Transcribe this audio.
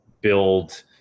build